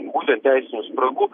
būtent teisinių spragų